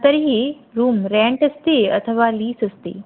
तर्हि room rent अस्ति अथवा लीस् अस्ति